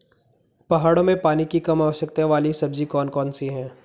पहाड़ों में पानी की कम आवश्यकता वाली सब्जी कौन कौन सी हैं?